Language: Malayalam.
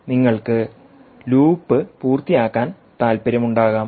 നിങ്ങൾക്ക് ലൂപ്പ് പൂർത്തിയാക്കാൻ താൽപ്പര്യമുണ്ടാകാം